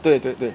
对对对